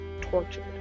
tortured